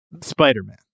Spider-Man